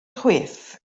chwith